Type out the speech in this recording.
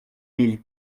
mille